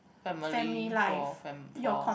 family for fam~ for